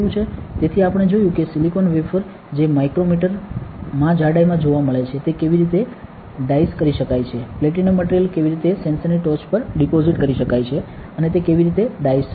તેથી આપણે જોયું કે સિલિકોન વેફર જે માઇક્રોમીટર મા જાડાઈમાં જોવા મેળે છે તે કેવી રીતે ડાઈસ કરી શકાય છે પ્લેટિનમ મટિરિયલ કેવી રીતે સેન્સરની ટોચ પર ડિપોઝિટ કરી શકાય છે અને તે કેવી રીતે ડાઈસ થશે